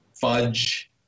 fudge